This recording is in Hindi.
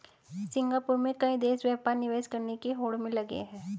सिंगापुर में कई देश व्यापार निवेश करने की होड़ में लगे हैं